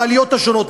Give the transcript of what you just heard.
בעליות השונות,